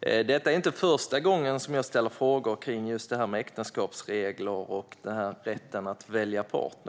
Detta är inte första gången som jag ställer frågor kring just äktenskapsregler och rätten att välja partner.